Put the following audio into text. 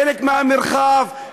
חלק מהמרחב,